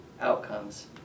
outcomes